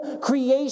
creation